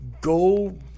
go